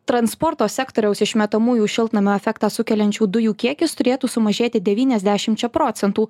transporto sektoriaus išmetamųjų šiltnamio efektą sukeliančių dujų kiekis turėtų sumažėti devyniasdešimčia procentų